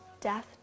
death